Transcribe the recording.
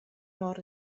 mor